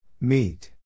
Meet